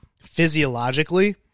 physiologically